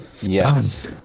Yes